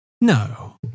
no